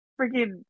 freaking